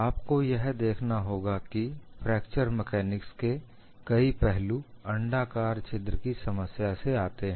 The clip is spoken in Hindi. आपको यह देखना होगा कि फ्रैक्चर मैकानिक्स के कई पहलु अंडाकार छिद्र की समस्या से आते हैं